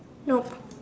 no